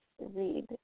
read